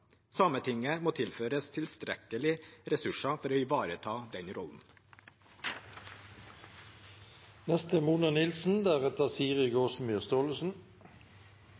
må tilføres tilstrekkelige ressurser for å ivareta den rollen.